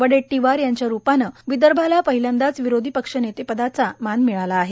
वडेट्टीवार यांच्या रूपाने विदर्भाला पहिल्यांदाच विरोधी पक्ष नेते पदाचा मान मिळाला आहे